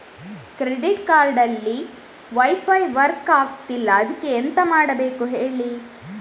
credit card ಅಲ್ಲಿ wifi work ಆಗ್ತಿಲ್ಲ ಅದ್ಕೆ ಎಂತ ಮಾಡಬೇಕು ಹೇಳಿ